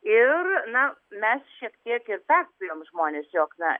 ir na mes šiek tiek ir perspėjom žmones jog na